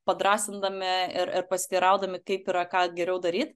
padrąsindami ir ir pasiteiraudami kaip yra ką geriau daryt